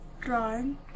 Drawing